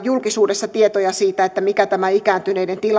julkisuudessa tietoja siitä mikä tämä ikääntyneiden tilanne